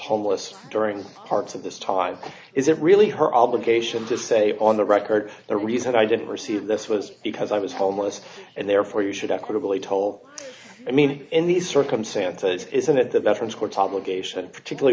homeless during parts of this time is it really her obligation to say on the record the reason i didn't pursue this was because i was homeless and therefore you should equitably toll i mean in these circumstances isn't it the veterans who are top location particularly